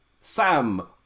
Sam